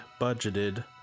Budgeted